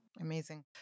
Amazing